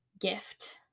gift